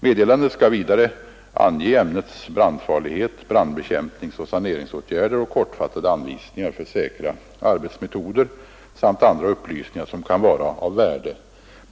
Meddelandet skall vidare ange ämnets brandfarlighet, brandbekämpningsoch saneringsåtgärder och kortfattade anvisningar för säkra arbetsmetoder samt andra upplysningar som kan vara av värde.